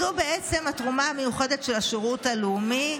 זו בעצם התרומה המיוחדת של השירות הלאומי,